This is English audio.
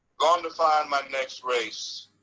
gone to find my next race.